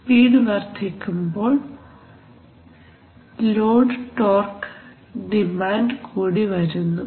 speed വർദ്ധിക്കുമ്പോൾ load torque demand കൂടി വർദ്ധിക്കുന്നു